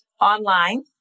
online